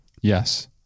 Yes